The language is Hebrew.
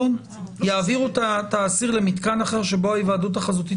יעבירו את האסיר למתקן אחר שבו ההיוועדות החזותית